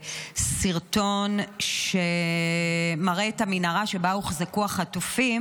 בסרטון שמראה את המנהרה שבה הוחזקו החטופים,